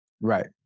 Right